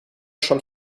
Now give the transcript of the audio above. schon